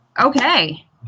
okay